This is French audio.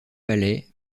palais